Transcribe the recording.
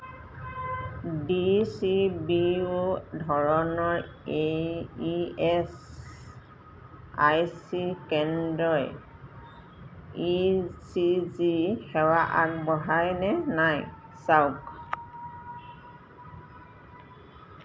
D C B অ' ধৰণৰ এই ই এচ আই চি কেন্দ্ৰই ই চি জি সেৱা আগবঢ়ায় নে নাই চাওক